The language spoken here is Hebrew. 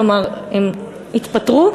כלומר הן התפטרו,